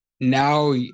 now